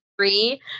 three